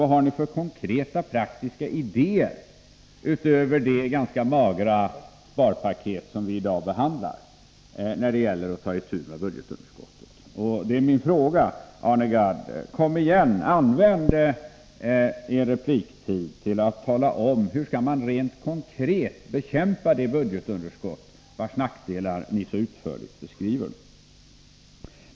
Vad har ni för konkreta, praktiska idéer, utöver det ganska magra sparpaket som vi i dag behandlar, när det gäller att ta itu med budgetunderskottet? Kom igen, Arne Gadd, och använd er repliktid till att tala om hur man rent konkret skall bekämpa det budgetunderskott vars nackdelar ni så utförligt beskriver!